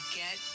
get